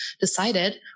decided